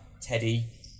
Teddy